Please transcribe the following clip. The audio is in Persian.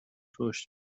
رشد